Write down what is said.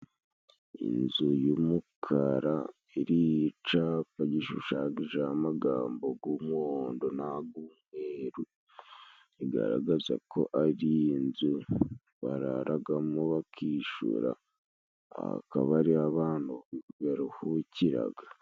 Inzu y'umukara iriho icapa gishushanyijeho amagambo g'umuhondo n'ag'umweru, igaragaza ko ari inzu bararagamo bakishura, akaba ariho abantu baruhukiraga.